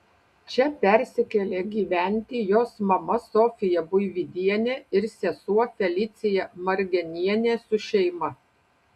čia persikėlė gyventi jos mama sofija buividienė ir sesuo felicija margenienė su šeima